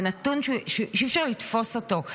זה נתון שאי-אפשר לתפוס אותו.